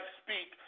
speak